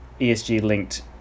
ESG-linked